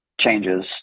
changes